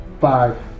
Five